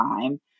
time